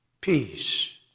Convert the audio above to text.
peace